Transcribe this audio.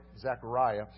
Zechariah